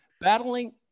battling